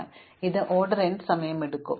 അതിനാൽ ഇത് order n സമയം എടുക്കും ശരിയാണ്